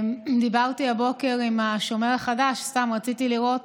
דיברתי הבוקר עם השומר החדש, רציתי לראות